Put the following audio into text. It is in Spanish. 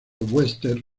webster